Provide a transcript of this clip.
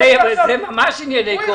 זה ממש ענייני קורונה.